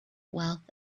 wealth